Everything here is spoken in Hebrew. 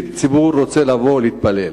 הציבור רוצה לבוא להתפלל.